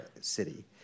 city